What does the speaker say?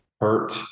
hurt